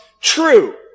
true